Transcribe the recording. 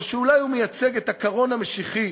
או שאולי הוא מייצג את הקרון המשיחי,